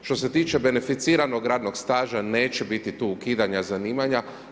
Što se tiče beneficiranog radnog staža, neće biti tu ukidanja zanimanja.